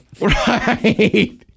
Right